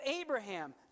Abraham